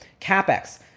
CapEx